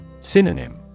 Synonym